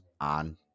on